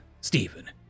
Stephen